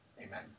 amen